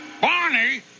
Barney